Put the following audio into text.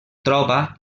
troba